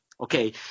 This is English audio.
Okay